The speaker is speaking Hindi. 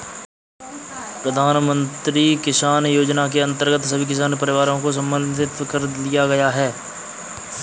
प्रधानमंत्री किसान योजना के अंतर्गत सभी किसान परिवारों को सम्मिलित कर लिया गया है